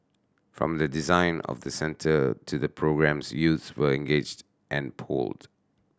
from the design of the centre to the programmes youth were engaged and polled